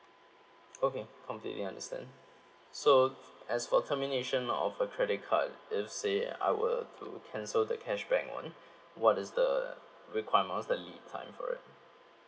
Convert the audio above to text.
okay completely understand so as for termination of a credit card if say I were to cancel the cashback one what is the requirements that need time for it